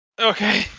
Okay